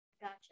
gotcha